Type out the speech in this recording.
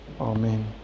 Amen